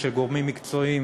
של גורמים מקצועיים